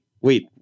wait